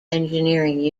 engineering